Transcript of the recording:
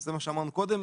זה מה שאמרנו קודם,